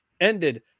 ended